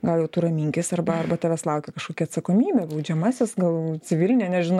gal jau tu raminkis arba arba tavęs laukia kažkokia atsakomybė baudžiamasis gal civilinė nežinau